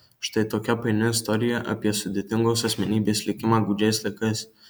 štai tokia paini istorija apie sudėtingos asmenybės likimą gūdžiais laikais